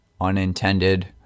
unintended